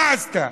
מה עשתה?